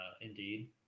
Indeed